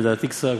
ודעתי קצרה.